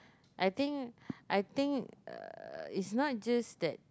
I think I think uh it's not it just that